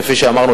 כפי שאמרנו.